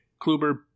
Kluber